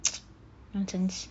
nonsense